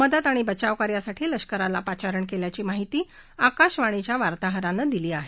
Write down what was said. मदत आणि बचाव कार्यासाठी लष्कराला पाचारण केलं आहे अशी माहिती आकाशवाणीच्या वार्ताहरानं दिली आहे